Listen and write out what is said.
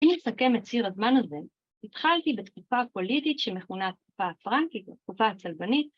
אם נסכם את ציר הזמן הזה, התחלתי בתקופה הפוליטית שמכונה התקופה הפרנקית, התקופה הצלבנית